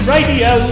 Radio